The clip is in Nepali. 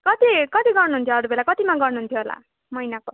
कति कति गर्नुहुन्थ्यो अरू बेला कतिमा गर्नुहुन्थ्यो होला महिनाको